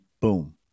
boom